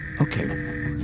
Okay